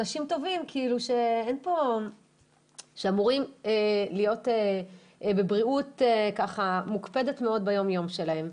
אנשים טובים כאילו שאמורים להיות בבריאות מוקפדת מאוד ביום יום שלהם.